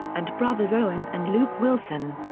and brothers owen and luke wilson.